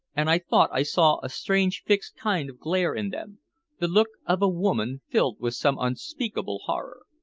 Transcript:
and i thought i saw a strange fixed kind of glare in them the look of a woman filled with some unspeakable horror.